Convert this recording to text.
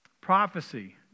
Prophecy